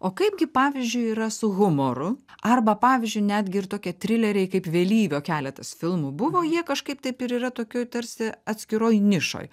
o kaip gi pavyzdžiui yra su humoru arba pavyzdžiui netgi ir tokie trileriai kaip vėlyvio keletas filmų buvo jie kažkaip taip ir yra tokioj tarsi atskiroj nišoj